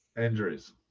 injuries